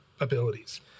abilities